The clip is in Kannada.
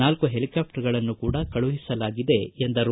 ನಾಲ್ಲು ಹೆಲಿಕಾಪ್ಸರ್ಗಳನ್ನೂ ಕೂಡ ಕಳಿಸಲಾಗಿದೆ ಎಂದರು